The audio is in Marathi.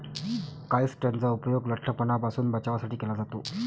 काइट्सनचा उपयोग लठ्ठपणापासून बचावासाठी केला जातो